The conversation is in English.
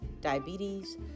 diabetes